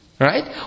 Right